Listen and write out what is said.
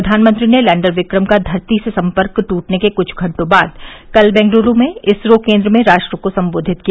प्रघानमंत्री ने लैंडर विक्रम का धरती से सम्पर्क दूटने के कुछ घंटे बाद कल बेंगलुरु में इसरो केन्द्र में राष्ट्र को संबोधित किया